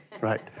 right